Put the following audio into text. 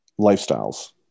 lifestyles